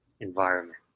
environment